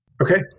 Okay